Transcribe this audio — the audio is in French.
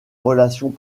relations